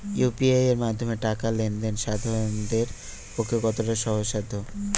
UPI এর মাধ্যমে টাকা লেন দেন সাধারনদের পক্ষে কতটা সহজসাধ্য?